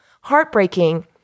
heartbreaking